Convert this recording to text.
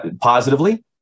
positively